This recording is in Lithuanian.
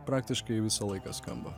praktiškai visą laiką skamba